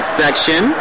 section